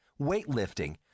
weightlifting